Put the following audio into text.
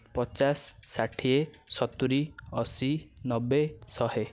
ପଚାଶ ଷାଠିଏ ସତୁରି ଅଶୀ ନବେ ଶହେ